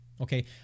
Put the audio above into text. Okay